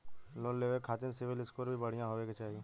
Loan लेवे के खातिन सिविल स्कोर भी बढ़िया होवें के चाही?